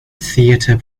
theater